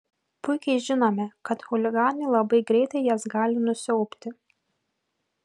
puikiai žinome kad chuliganai labai greitai jas gali nusiaubti